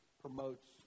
promotes